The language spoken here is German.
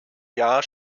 jahr